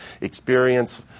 experience